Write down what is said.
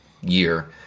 year